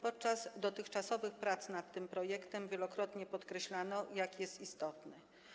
Podczas dotychczasowych prac nad tym projektem wielokrotnie podkreślano, jak jest istotny.